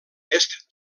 est